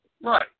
Right